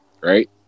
right